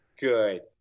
good